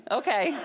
okay